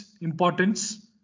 importance